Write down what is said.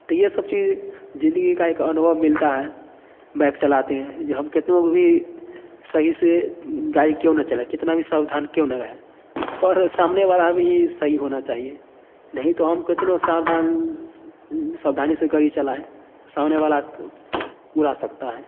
तो ये सब चीज ज़िंदगी का एक अनुभव मिलता है बाइक चलाते हैं जो हम कितने लोग भी सही से गाड़ी क्यों ना चलाएँ कितना भी सावधान क्यों ना रहे पर सामने वाला आदमी भी सही होना चाहिए नहीं तो हम कितने भी सावधानी से गाड़ी चलाएँ सामने वाला उड़ा सकता है